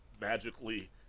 magically